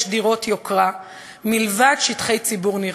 דירות יוקרה מלבד שטחי ציבור נרחבים.